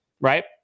Right